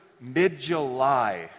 mid-July